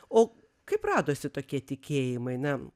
o kaip radosi tokie tikėjimai na